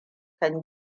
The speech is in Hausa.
kan